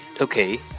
Okay